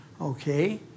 okay